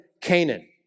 Canaan